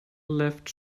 left